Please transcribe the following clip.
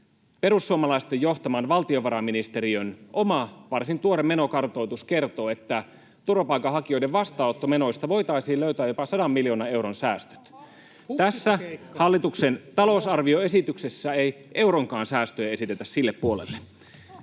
Perussuomalaisten johtaman valtiovarainministeriön oma, varsin tuore menokartoitus kertoo, että turvapaikanhakijoiden vastaanottomenoista voitaisiin löytää jopa sadan miljoonan euron säästöt. Tässä hallituksen talousarvioesityksessä ei euronkaan säästöjä esitetä sille puolelle.